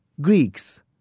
Greeks